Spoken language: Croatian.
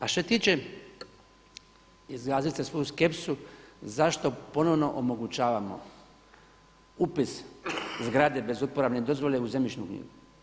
A što se tiče, izraziti svoju skepsu zašto ponovno omogućavamo upis zgrade bez uporabne dozvole u zemljišnu knjigu.